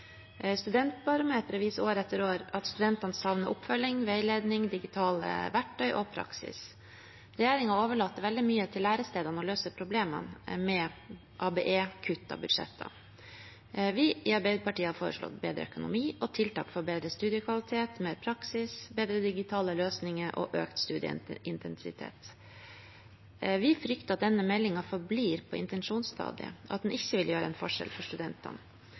viser år etter år at studentene savner oppfølging, veiledning, digitale verktøy og praksis. Regjeringen har overlatt veldig mye til lærestedene å løse problemene med ABE-kuttede budsjetter. Vi i Arbeiderpartiet har foreslått bedre økonomi og tiltak for bedre studiekvalitet, mer praksis, bedre digitale løsninger og økt studieintensitet. Vi frykter at denne meldingen forblir på intensjonsstadiet, at den ikke gjør en forskjell for